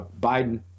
Biden